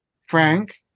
Frank